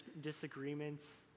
disagreements